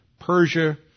Persia